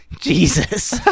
Jesus